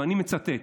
ואני מצטט,